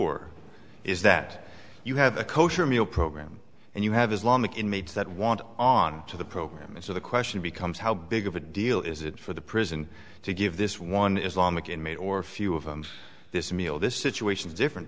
that you have a kosher meal program and you have islamic inmates that want on to the program and so the question becomes how big of a deal is it for the prison to give this one islamic inmate or a few of them this meal this situation is different